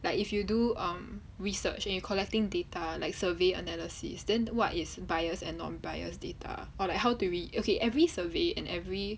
like if you do um research in collecting data like survey analysis then what is biased and non-biased data or like how to read okay every survey and every